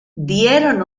dieron